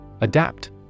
Adapt